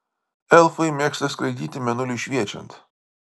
elfai mėgsta skraidyti mėnuliui šviečiant